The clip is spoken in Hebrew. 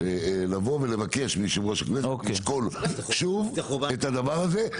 לבקש מיושב-ראש הכנסת לשקול שוב את הדבר הזה.